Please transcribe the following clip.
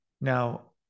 Now